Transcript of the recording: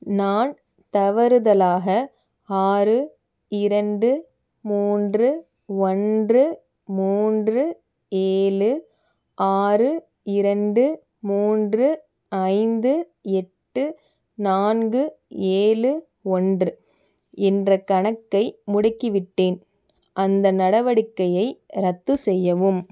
நான் தவறுதலாக ஆறு இரண்டு மூன்று ஒன்று மூன்று ஏழு ஆறு இரண்டு மூன்று ஐந்து எட்டு நான்கு ஏழு ஒன்று என்ற கணக்கை முடக்கி விட்டேன் அந்த நடவடிக்கையை ரத்து செய்யவும்